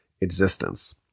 existence